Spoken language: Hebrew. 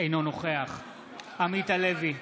אינו נוכח עמית הלוי,